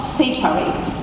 separate